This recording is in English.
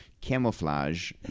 camouflage